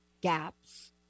gaps